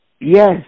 yes